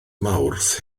mawrth